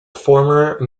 former